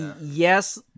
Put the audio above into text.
yes